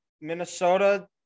Minnesota